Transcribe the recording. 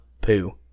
poo